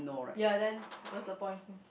ya then what's the point